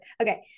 Okay